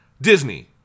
Disney